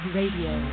Radio